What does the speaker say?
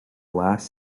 last